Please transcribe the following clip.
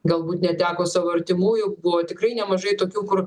galbūt neteko savo artimųjų buvo tikrai nemažai tokių kur